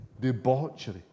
debauchery